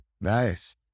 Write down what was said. nice